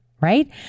right